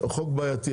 זה חוק בעייתי.